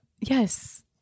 yes